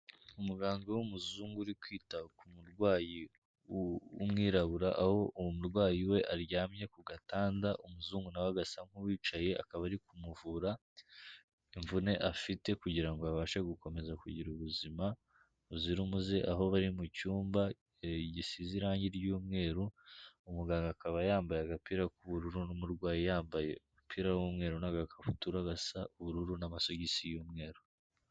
Umuganga w'umuzungu uri kwita ku murwayi w'umwirabura aho umurwayi we aryamye ku gatanda, umuzungu nawe agasa nk'uwicaye akaba ari kumuvura, imvune afite kugira abashe gukomeza kugira ubuzima buzira umuze. aho bari mu cyumba gisize irangi ry'umweru, umuganga akaba yambaye agapira k'ubururu n'umurwayi yambaye umupira w'umweru n'agakabutura gasa ubururu n'amasogisi y'umweru.